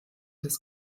des